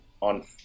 on